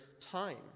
time